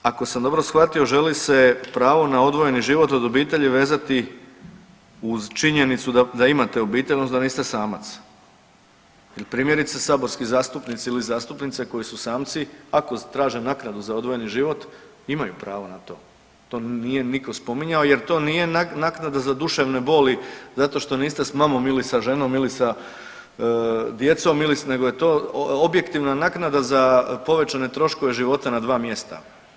Ako sam dobro shvatio želi se pravo na odvojeni život od obitelji vezati uz činjenicu da imate obitelj odnosno da niste samac ili primjerice saborski zastupnici ili zastupnice koje su samci ako traže naknadu za odvojeni život imaju pravo na to, to nije niko spominjao jer to nije naknada za duševne boli zato što niste s mamom ili sa ženom ili sa djecom ili, nego je to objektivna naknada za povećane troškove života na dva mjesta.